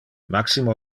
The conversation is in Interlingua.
maximo